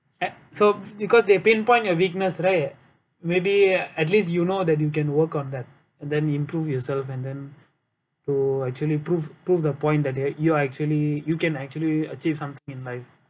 a~ so because they pinpoint your weakness right maybe at least you know that you you can work on that and then improve yourself and then go actually prove prove the point that they you are actually you can actually achieve something in life